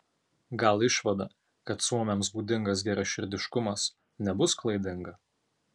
gal išvada kad suomiams būdingas geraširdiškumas nebus klaidinga